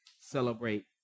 celebrate